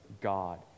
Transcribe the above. God